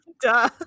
duh